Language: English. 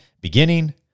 beginning